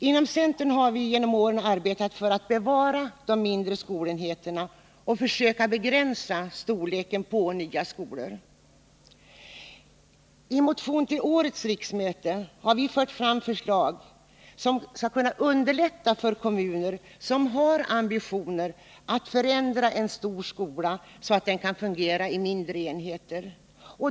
Inom centern har vi genom åren arbetat för att bevara de mindre skolenheterna och försöka begränsa storleken på nya skolor. I en motion till årets riksmöte har vi fört fram förslag som skulle kunna underlätta för kommuner som har ambitionerna att förändra stora skolor så att de kan fungera i mindre enheter.